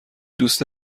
دوست